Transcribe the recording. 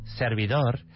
servidor